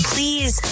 Please